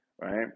Right